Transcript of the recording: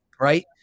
Right